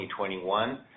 2021